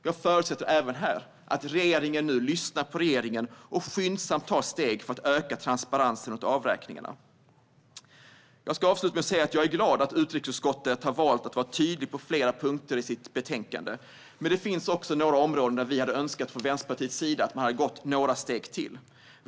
Jag förutsätter även här att regeringen lyssnar på riksdagen och skyndsamt tar steg för att öka transparensen runt avräkningarna. Jag är glad att utrikesutskottet har valt att vara tydligt på flera punkter i sitt betänkande. Men det finns också några områden där vi från Vänsterpartiets sida hade önskat att man hade tagit några steg till.